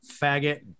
faggot